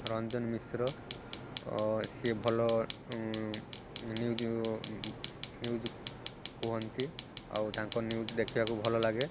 ରଞ୍ଜନ ମିଶ୍ର ସିଏ ଭଲ news news କୁହନ୍ତି ଆଉ ତାଙ୍କ ନ୍ୟୁଜ୍ ଦେଖିବାକୁ ଭଲ ଲାଗେ